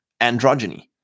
androgyny